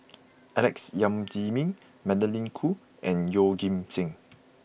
Alex Yam Ziming Magdalene Khoo and Yeoh Ghim Seng